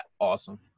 awesome